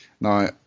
Now